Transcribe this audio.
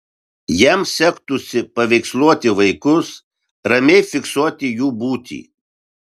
jam sektųsi paveiksluoti vaikus ramiai fiksuoti jų būtį